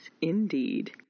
indeed